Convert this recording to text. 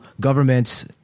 governments